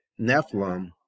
Nephilim